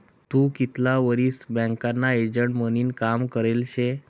तू कितला वरीस बँकना एजंट म्हनीन काम करेल शे?